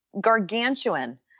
gargantuan